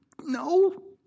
no